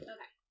Okay